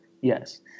yes